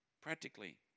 practically